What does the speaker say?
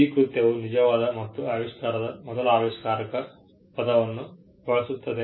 ಈ ಕೃತ್ಯವು ನಿಜವಾದ ಮತ್ತು ಆವಿಷ್ಕಾರದ ಮೊದಲ ಆವಿಷ್ಕಾರಕ ಪದವನ್ನು ಬಳಸುತ್ತದೆ